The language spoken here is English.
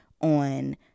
on